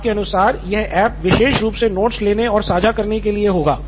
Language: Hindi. आपके अनुसार यह ऐप विशेष रूप से नोट लेने और साझा करने के लिए होगा